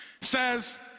says